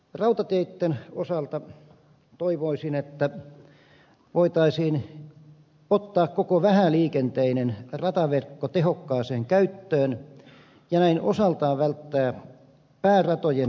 rautateitten osalta toivoisin että voitaisiin ottaa koko vähäliikenteinen rataverkko tehokkaaseen käyttöön ja näin osaltaan välttää pääratojen ruuhkautumista